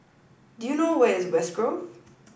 do you know where is West Grove